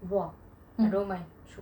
!wah! I don't mind